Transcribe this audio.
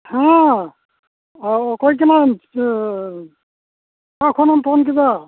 ᱦᱚᱸ ᱚ ᱚᱠᱚᱭ ᱠᱟᱱᱟᱢ ᱚᱠᱟ ᱠᱷᱚᱱᱮᱢ ᱯᱷᱳᱱ ᱠᱮᱫᱟ